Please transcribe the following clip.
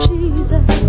Jesus